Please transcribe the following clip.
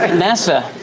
ah nasa,